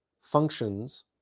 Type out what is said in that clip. functions